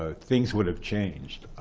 ah things would have changed.